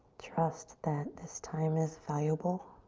trust that this time is valuable.